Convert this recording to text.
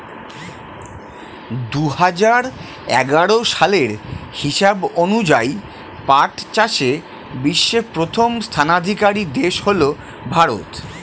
দুহাজার এগারো সালের হিসাব অনুযায়ী পাট চাষে বিশ্বে প্রথম স্থানাধিকারী দেশ হল ভারত